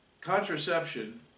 Contraception